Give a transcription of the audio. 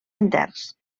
interns